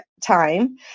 time